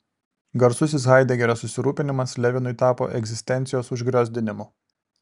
garsusis haidegerio susirūpinimas levinui tapo egzistencijos užgriozdinimu